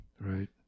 right